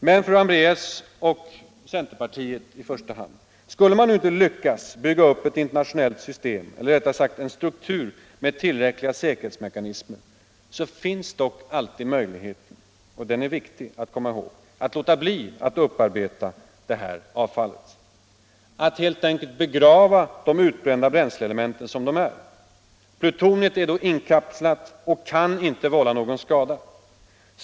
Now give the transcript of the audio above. Men, fru Hambraeus och övriga centerpartister, skulle man nu inte lyckas bygga upp en struktur med tillräckliga säkerhetsmekanismer, så finns dock alltid möjligheten — och det är viktigt att komma ihåg det — att låta bli att upparbeta detta avfall, att helt enkelt begrava de utbrända bränsleelementen som de är. Plutoniet är då inkapslat och kan inte vålla någon skada.